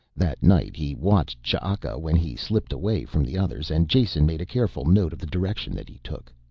that night he watched ch'aka when he slipped away from the others and jason made a careful note of the direction that he took.